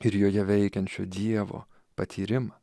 ir joje veikiančio dievo patyrimą